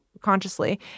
consciously